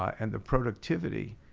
and the productivity,